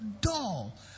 dull